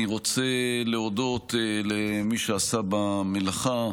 אני רוצה להודות למי שעשה במלאכה: